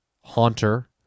Haunter